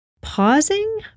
Pausing